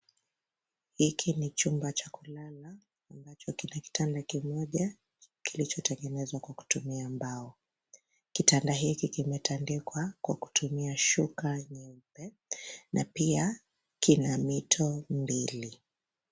Hiki ni chumba cha kulala ambacho kina kitanda kimoja kilichotegenezwa kwa kutumia mbao. Kitanda hiki kimetandikwa kwa kutumia shuka nyeupe na pia kina mito mbili.